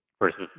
versus